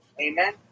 Amen